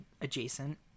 adjacent